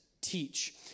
teach